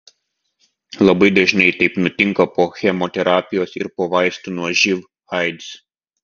labai dažnai taip nutinka po chemoterapijos ir po vaistų nuo živ aids